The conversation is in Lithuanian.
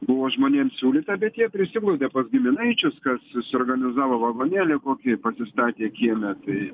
buvo žmonėm siūlyta bet jie prisiglaudė pas giminaičius kas susiorganizavo vagonėlį kokį pasistatė kieme tai